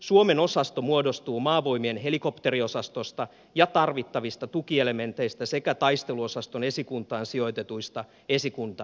suomen osasto muodostuu maavoimien helikopteriosastosta ja tarvittavista tukielementeistä sekä taisteluosaston esikuntaan sijoitetuista esikuntaupseereista